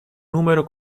número